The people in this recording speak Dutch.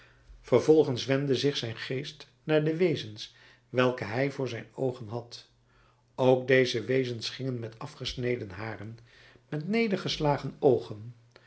vervolgens wendde zich zijn geest naar de wezens welke hij voor zijn oogen had ook deze wezens gingen met afgesneden haar met nedergeslagen oogen